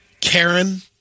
Karen